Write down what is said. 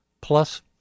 plus